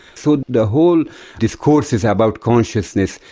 so the whole discourses about consciousness,